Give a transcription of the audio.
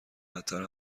بدتر